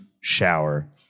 shower